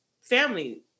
family